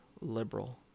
liberal